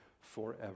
forever